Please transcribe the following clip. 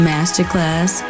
Masterclass